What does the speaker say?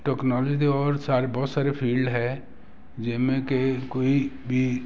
technology ਦੇ ਔਰ ਸਾਰੇ ਬਹੁਤ ਸਾਰੇ ਫੀਲਡ ਹੈ ਜਿਵੇਂ ਕਿ ਕੋਈ ਵੀ